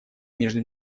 между